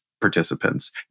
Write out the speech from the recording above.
participants